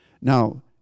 Now